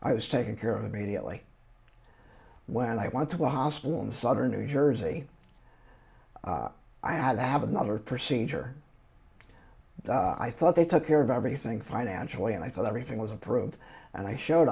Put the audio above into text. i was taken care of immediately when i went to hospital in southern new jersey i had to have another procedure i thought they took care of everything financially and i thought everything was approved and i showed